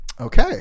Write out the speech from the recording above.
Okay